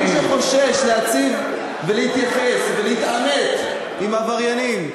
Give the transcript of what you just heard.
מי שחושש להציב ולהתייחס ולהתעמת עם עבריינים,